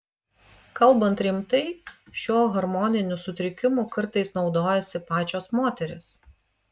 kalbant rimtai šiuo hormoniniu sutrikimu kartais naudojasi pačios moterys